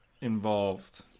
involved